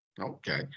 Okay